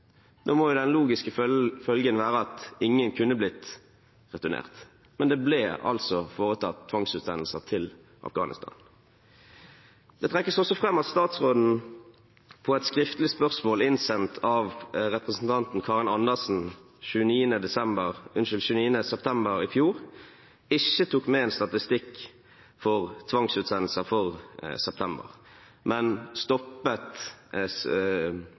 må jo den logiske følgen være at ingen kunne blitt returnert. Men det ble altså foretatt tvangsutsendelser til Afghanistan. Det trekkes også fram at statsråden på et skriftlig spørsmål innsendt av representanten Karin Andersen 29. september i fjor ikke tok med en statistikk for tvangsutsendelser for september, men stoppet